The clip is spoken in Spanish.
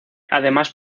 además